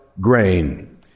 grain